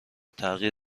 تغییر